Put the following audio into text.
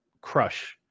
crush